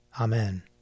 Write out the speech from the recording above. Amen